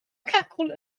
cackle